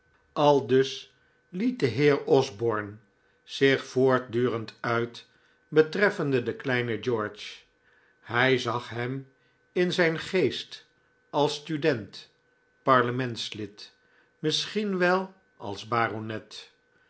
aldus liet de heer osborne zich voortdurend uit betreffende den kleinen george hij zag hem in zijn geest als student parlementslid misschien wel als baronet